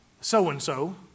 so-and-so